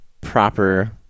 proper